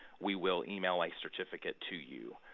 we will email a certificate to you.